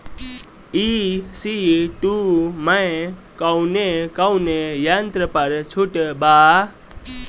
ई.सी टू मै कौने कौने यंत्र पर छुट बा?